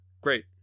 Great